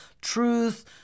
truth